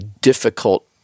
difficult